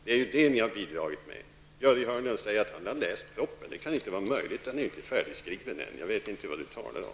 Det är ju det som ni har bidragit med. Börje Hörnlund säger att han har läst propositionen. Det kan inte vara möjligt, eftersom den ännu inte är färdigskriven. Jag vet inte vad Börje Hörnlund talar om.